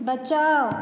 बचाउ